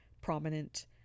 prominent